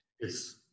Yes